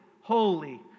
holy